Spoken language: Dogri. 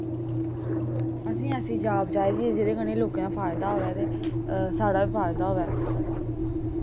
असें ऐसी जाब चाहिदी जिदे कन्नै लोकें दा फायदा होए ते साढ़ा बी फायदा होए